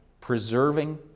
preserving